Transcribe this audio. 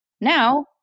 Now